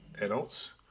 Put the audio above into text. adults